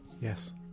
Yes